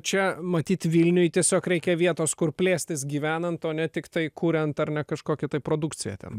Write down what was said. čia matyt vilniuj tiesiog reikia vietos kur plėstis gyvenant o ne tiktai kuriant ar ne kažkokį tai produkciją ten